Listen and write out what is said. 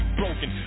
broken